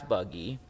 Buggy